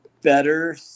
better